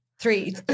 three